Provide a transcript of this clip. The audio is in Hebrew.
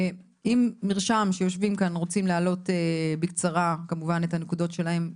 אם מרשם שיושבים כאן רוצי להעלות בקצרה כמובן את הנקודות שלהם,